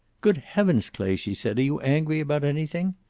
good heavens, clay, she said. are you angry about anything?